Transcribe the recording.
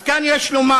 אז כאן יש לומר: